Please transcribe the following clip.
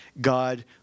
God